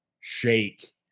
shake